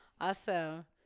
Awesome